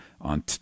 on